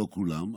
לא כולם,